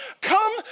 Come